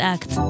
Act